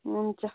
हुन्छ